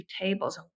tables